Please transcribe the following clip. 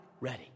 ready